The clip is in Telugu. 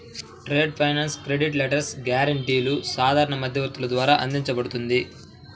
ట్రేడ్ ఫైనాన్స్ క్రెడిట్ లెటర్స్, గ్యారెంటీలు సాధారణ మధ్యవర్తుల ద్వారా అందించబడుతుంది